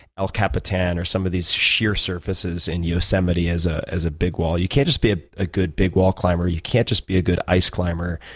el capitan or some of these sheer surfaces in yosemite as ah a ah big wall. you can't just be a a good big wall climber you can't just be a good ice climber.